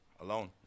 alone